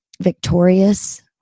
victorious